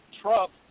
Trump